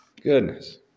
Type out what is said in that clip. Goodness